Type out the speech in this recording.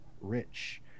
Rich